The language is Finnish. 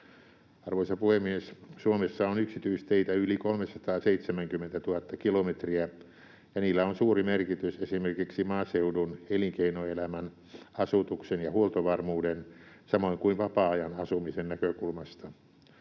Arvoisa puhemies! Suomessa on yksityisteitä yli 370 000 kilometriä, ja niillä on suuri merkitys esimerkiksi maaseudun, elinkeinoelämän, asutuksen ja huoltovarmuuden samoin kuin vapaa-ajan asumisen näkökulmasta.